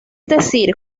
decir